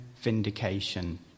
vindication